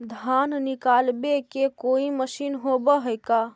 धान निकालबे के कोई मशीन होब है का?